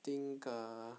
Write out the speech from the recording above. think ah